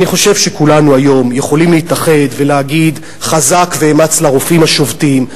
אני חושב שכולנו היום יכולים להתאחד ולהגיד חזק ואמץ לרופאים השובתים.